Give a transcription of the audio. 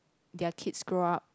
their kids grow up